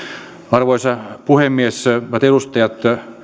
arvoisa puhemies hyvät edustajat